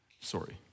sorry